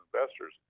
investors